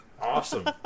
awesome